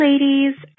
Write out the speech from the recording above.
ladies